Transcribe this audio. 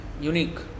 unique